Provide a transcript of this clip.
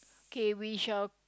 okay we shall